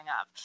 up